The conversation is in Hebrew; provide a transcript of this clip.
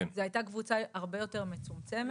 זו הייתה קבוצה הרבה יותר מצומצמת.